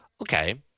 Okay